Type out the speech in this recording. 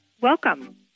Welcome